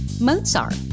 Mozart